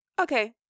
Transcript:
Okay